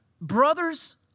brothers